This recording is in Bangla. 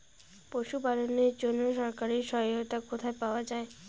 পশু পালনের জন্য সরকারি সহায়তা কোথায় পাওয়া যায়?